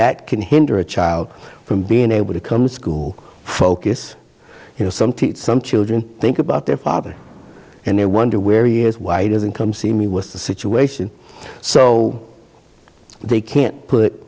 that can hinder a child from being able to come school focus you know some teach some children think about their father and they wonder where years why doesn't come see me with the situation so they can't